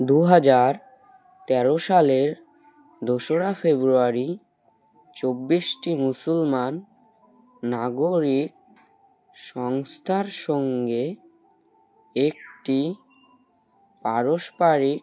দু হাজার তেরো সালের দোসরা ফেব্রুয়ারি চব্বিশটি মুসলমান নাগরিক সংস্থার সঙ্গে একটি পারস্পারিক